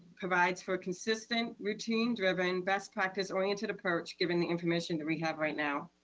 provides for consistent, routine driven, best practice oriented approach, given the information that we have right now,